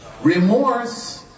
Remorse